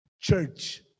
Church